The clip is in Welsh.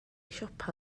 siopa